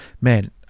Man